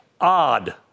odd